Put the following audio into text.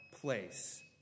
place